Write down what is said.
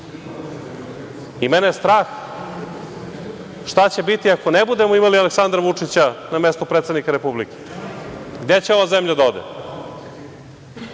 Mene je strah šta će biti ako ne budemo imali Aleksandra Vučića na mesto predsednika Republike. Gde će ova zemlja da ode